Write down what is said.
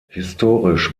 historisch